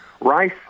Rice